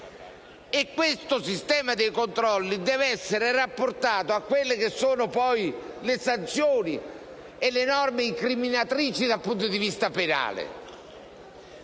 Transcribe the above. Ma questo sistema dei controlli deve essere rapportato alle sanzioni e alle norme incriminatrici dal punto di vista penale.